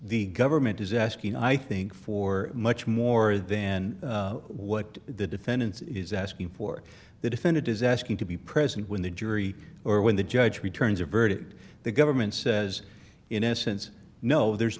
the government is asking i think for much more than what the defendant is asking for the defendant is asking to be present when the jury or when the judge returns averred the government says in essence no there's